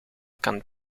kon